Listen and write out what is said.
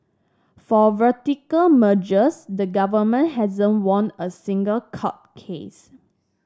for vertical mergers the government hasn't won a single court case